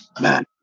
man